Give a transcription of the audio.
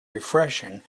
refreshing